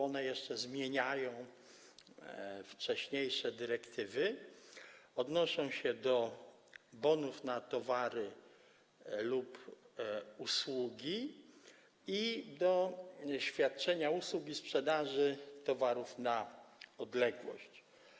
One jeszcze zmieniają wcześniejsze dyrektywy, odnoszą się do bonów na towary lub usługi i do świadczenia usług i sprzedaży towarów na odległość.